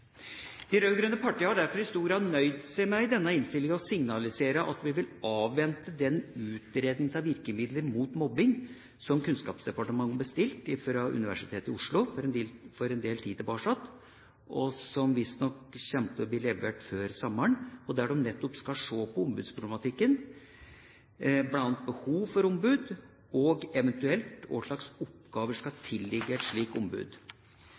De rød-grønne partiene har derfor i denne innstillinga i stor grad nøyd seg med å signalisere at vi vil avvente den utredninga av virkemidler mot mobbing som Kunnskapsdepartementet bestilte fra Universitetet i Oslo for en del tid tilbake, som visstnok kommer til å bli levert før sommeren, og der de nettopp skal se på ombudsproblematikken – bl.a. på behovet for ombud og eventuelt hva slags oppgaver som skal tilligge et slikt ombud,